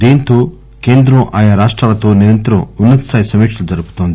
దీంతో కేంద్రం ఆయా రాష్టాలతో నిరంతరం ఉన్న తస్థాయి సమీక్షలు జరుపుతోంది